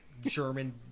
German